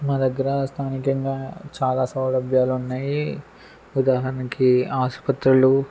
మా దగ్గర స్థానికంగా చాలా సౌలభ్యాలు ఉన్నాయి ఉదాహరణకి ఆసుపత్రులు